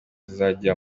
zizajya